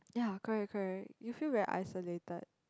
ya correct correct you feel very isolated